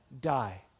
Die